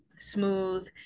smooth